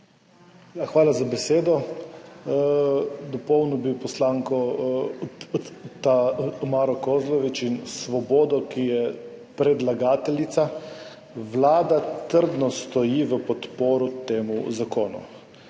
Hvala za besedo. Dopolnil bi poslanko Tamaro Kozlovič in Svobodo, ki je predlagateljica. Vlada trdno stoji v podporo temu zakonu.